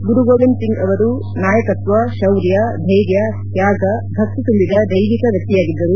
ಗುರುಗೋವಿಂದ್ ಸಿಂಗ್ ಅವರ ನಾಯಕತ್ವ ಶೌರ್ಯ ಧೈರ್ಯ ತ್ಯಾಗ ಭಕ್ತಿ ತುಂಬಿದ ದೈವಿಕ ವ್ಯಕ್ತಿಯಾಗಿದ್ದರು